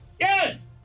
Yes